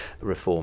reform